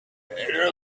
better